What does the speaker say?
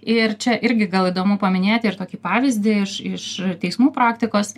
ir čia irgi gal įdomu paminėti ir tokį pavyzdį iš iš teismų praktikos